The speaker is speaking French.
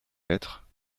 l’être